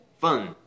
fun